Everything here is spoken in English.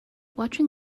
watching